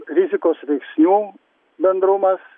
rizikos veiksnių bendrumas